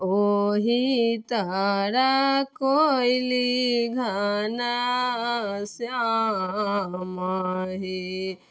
ओही तऽर कोइली घन श्याम हे